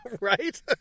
Right